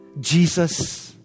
Jesus